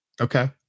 okay